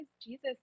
Jesus